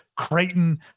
creighton